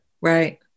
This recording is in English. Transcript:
Right